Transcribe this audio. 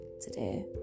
today